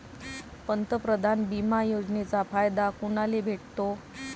पंतप्रधान बिमा योजनेचा फायदा कुनाले भेटतो?